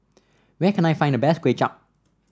where can I find the best Kway Chap